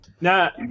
Now